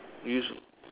use